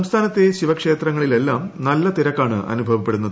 സംസ്ഥാനത്തെ ശിവക്ഷേത്രങ്ങളിലെല്ലാം നല്ല തിരക്കാണ് അനുഭവപ്പെടുന്നത്